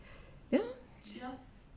ya s~